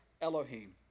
Elohim